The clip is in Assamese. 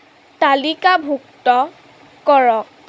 তালিকাভুক্ত কৰক